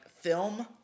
film